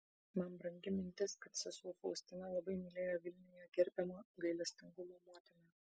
man brangi mintis kad sesuo faustina labai mylėjo vilniuje gerbiamą gailestingumo motiną